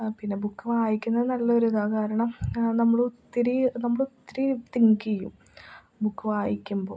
അ പിന്നെ ബുക്ക് വായിക്കുന്നത് നല്ലൊരിതാണ് കാരണം നമ്മളൊത്തിരി നമ്മളൊത്തിരി തിങ്ക് ചെയ്യും ബുക്ക് വായിക്കുമ്പോൾ